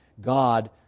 god